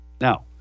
Now